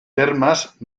termas